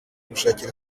gushakira